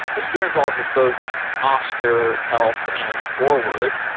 you're involved with both oscar health and forward.